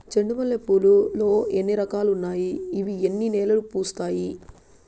చెండు మల్లె పూలు లో ఎన్ని రకాలు ఉన్నాయి ఇవి ఎన్ని నెలలు పూస్తాయి